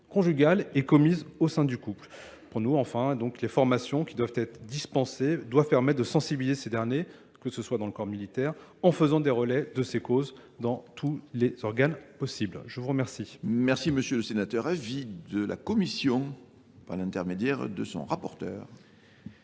conjugales et commises au sein du couple. Pour nous, enfin, les formations qui doivent être dispensées doivent permettre de sensibiliser ces derniers, que ce soit dans le corps militaire, en faisant des relais de ces causes dans tous les organes possibles. Je vous remercie. Oui, monsieur le Président, donc mes chers collègues, c'est sûr que